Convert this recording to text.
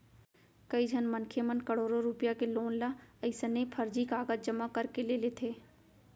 कइझन मनखे मन करोड़ो रूपिया के लोन ल अइसने फरजी कागज जमा करके ले लेथे